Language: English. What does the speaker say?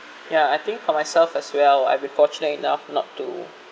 ya I think for myself as well I've been fortunate enough not to